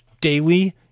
daily